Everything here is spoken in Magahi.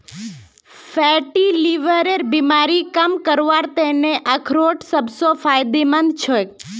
फैटी लीवरेर बीमारी कम करवार त न अखरोट सबस फायदेमंद छेक